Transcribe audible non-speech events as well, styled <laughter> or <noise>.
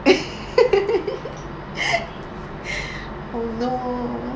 <laughs> oh no